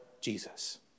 Jesus